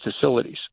facilities